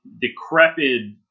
decrepit